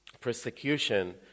persecution